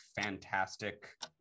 fantastic